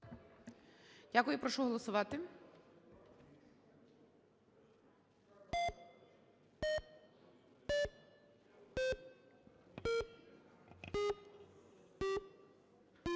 Дякую. Прошу голосувати.